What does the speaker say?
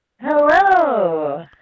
Hello